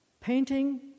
Painting